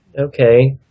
okay